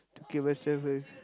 to keep myself